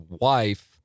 wife